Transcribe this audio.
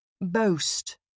Boast